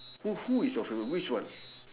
who who is your favourite which one